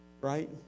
right